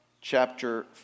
chapter